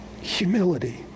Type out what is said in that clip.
Humility